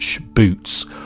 boots